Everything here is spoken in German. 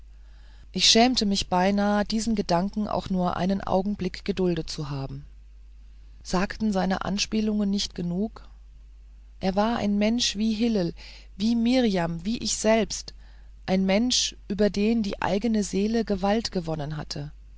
ich schämte mich beinahe diesen gedanken auch nur einen augenblick geduldet zu haben sagten seine anspielungen nicht genug er war ein mensch wie hillel wie mirjam wie ich selbst ein mensch über den die eigene seele gewalt gewonnen hatte